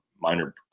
minor